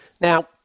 Now